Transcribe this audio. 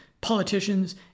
politicians